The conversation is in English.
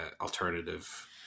alternative